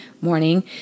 morning